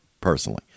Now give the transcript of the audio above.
personally